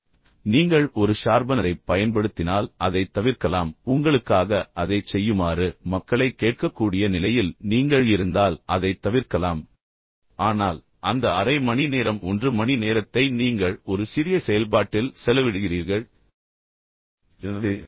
இப்போது நீங்கள் ஒரு ஷார்பனரைப் பயன்படுத்தினால் அதைத் தவிர்க்கலாம் உங்களுக்காக அதைச் செய்யுமாறு மக்களைக் கேட்கக்கூடிய நிலையில் நீங்கள் இருந்தால் அதைத் தவிர்க்கலாம் ஆனால் அந்த அரை மணி நேரம் 1 மணி நேரத்தை நீங்கள் ஒரு சிறிய செயல்பாட்டில் செலவிடுகிறீர்கள் நீங்கள் ஒரு முக்கியமான செயல்பாட்டில் அதிக செலவு செய்ய முடிந்தால் அது உங்களை வளர்ச்சிக்கு வழிநடத்தும்